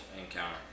encounter